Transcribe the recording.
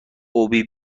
ابی